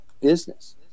business